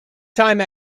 time